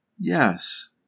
yes